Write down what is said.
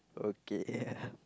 okay